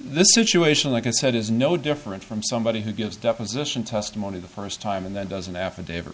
the situation like i said is no different from somebody who gives deposition testimony the first time and then doesn't affidavit